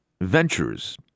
Ventures